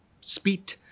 speed